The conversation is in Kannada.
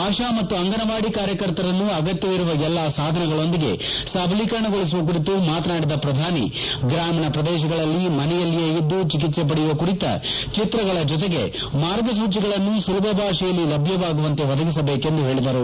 ಆಶಾ ಮತ್ತು ಅಂಗನವಾಡಿ ಕಾರ್ಮಿಕರನ್ನು ಅಗತ್ಲವಿರುವ ಎಲ್ಲ ಸಾಧನಗಳೊಂದಿಗೆ ಸಬಲೀಕರಣಗೊಳಿಸುವ ಕುರಿತು ಮಾತನಾಡಿದ ಅವರು ಗ್ರಾಮೀಣ ಪ್ರದೇಶಗಳಲ್ಲಿ ಮನೆಯಲ್ಲಿಯೇ ಇದ್ದು ಚಿಕಿತ್ತೆ ಪಡೆಯುವ ಕುರಿತ ಚಿತ್ರಗಳ ಜೊತೆಗೆ ಮಾರ್ಗಸೂಚಗಳನ್ನು ಸುಲಭ ಭಾಷೆಯಲ್ಲಿ ಲಭ್ಞವಾಗುವಂತೆ ಒದಗಿಸಬೇಕೆಂದು ಮೋದಿ ಹೇಳಿದರು